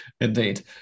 indeed